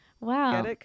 Wow